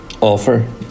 offer